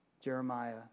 Jeremiah